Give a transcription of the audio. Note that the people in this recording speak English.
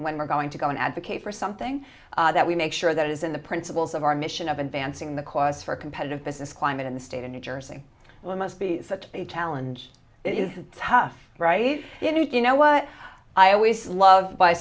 when we're going to go an advocate for something that we make sure that is in the principles of our mission of advancing the cause for competitive business climate in the state of new jersey will must be such a challenge it is tough right he's in it you know what i always love by